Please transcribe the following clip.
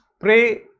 pray